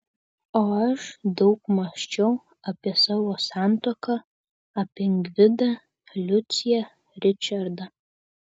o aš daug mąsčiau apie savo santuoką apie gvidą liuciją ričardą